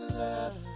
love